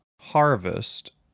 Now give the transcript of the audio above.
Harvest